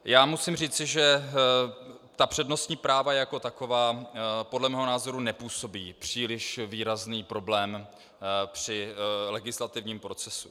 Já musím říci, že ta přednostní práva jako taková podle mého názoru nepůsobí příliš výrazný problém při legislativním procesu.